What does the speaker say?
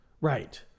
Right